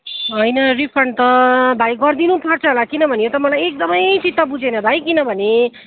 होइन रिफन्ड त भाइ गरिदिनु पर्छ होला किनभने यो त मलाई एकदमै चित्त बुझेन भाइ किनभने